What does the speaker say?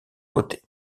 côté